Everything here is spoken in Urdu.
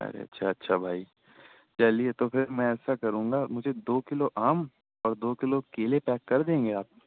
ارے اچھا اچھا بھائی چلیے تو پھر میں ایسا کروں گا مجھے دو کلو آم اور دو کلو کیلے پیک کردیں گے آپ